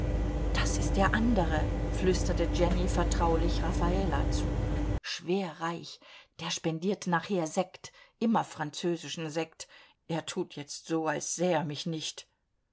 das ist der andere flüsterte jenny vertraulich raffala zu schwer reich der spendiert nachher sekt immer französischen sekt er tut jetzt so als säh er mich nicht